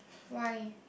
why